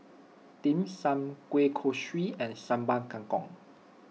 Dim Sum Kueh Kosui and Sambal Kangkong